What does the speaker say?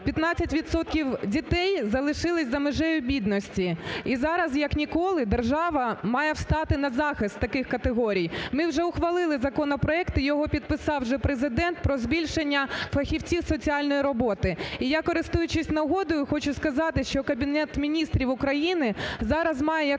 дітей залишилися за межею бідності. І зараз як ніколи держава має встати на захист таких категорій. Ми вже ухвалили законопроект, і його підписав вже Президент, про збільшення фахівців соціальної роботи. І я, користуючись нагодою, хочу сказати, що Кабінет Міністрів України зараз має якнайшвидше